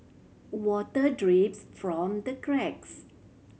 water drips from the cracks